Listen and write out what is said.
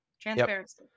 Transparency